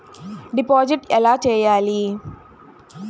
Deposit ఎలా చెయ్యాలి?